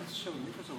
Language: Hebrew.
אדוני היושב-ראש,